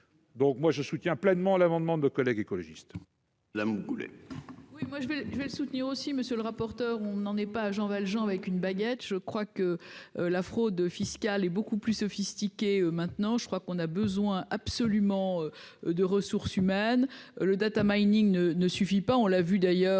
donc moi je soutiens pleinement l'amendement de collègues écologistes.